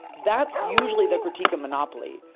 that's usually the critique of monopoly.